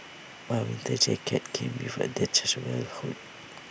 my winter jacket came with A detachable hood